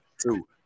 two